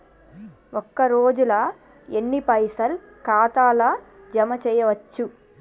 ఒక రోజుల ఎన్ని పైసల్ ఖాతా ల జమ చేయచ్చు?